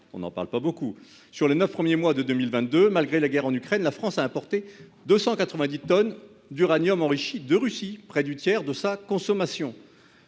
On n'en parle pas beaucoup ... Sur les neuf premiers mois de 2022, malgré la guerre en Ukraine, la France a importé 290 tonnes d'uranium enrichi de Russie, près du tiers de sa consommation